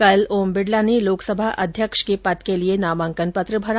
कल ओम बिड़ला ने लोकसभा अध्यक्ष के पद के लिए नामांकन पत्र भरा